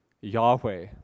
Yahweh